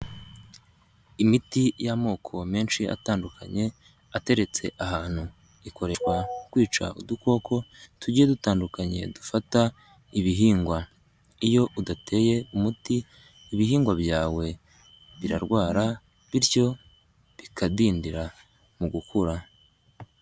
Imiti y'amoko menshi atandukanye ateretse ahantu ikorerwa kwica udukoko tugiye dutandukanye dufata ibihingwa, iyo udateye umuti ibihingwa byawe birarwara bityo bikadindira mu gukura.